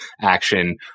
action